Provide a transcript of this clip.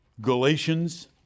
Galatians